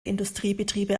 industriebetriebe